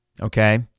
Okay